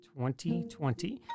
2020